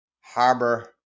harbor